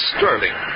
Sterling